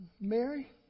Mary